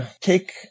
take